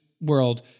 world